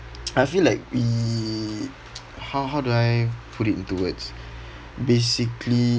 I feel like we how how do I put it into words basically